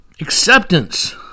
acceptance